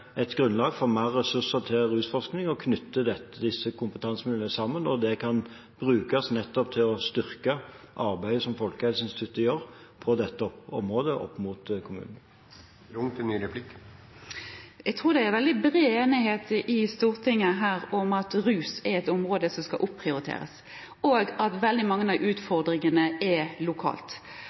et grunnlag for mer ressurser til rusforskning og knytter disse kompetansemiljøene sammen. Det kan brukes nettopp til å styrke arbeidet som Folkehelseinstituttet gjør på dette området opp mot kommunene. Jeg tror det er bred enighet i Stortinget om at rus er et område som skal opprioriteres, og at mange av utfordringene er